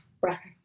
breath